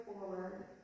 forward